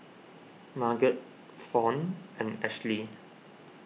Margot Fount and Ashli